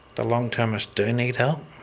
the long termers do need help.